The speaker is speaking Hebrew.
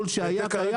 לו שהיה קיים והוסב.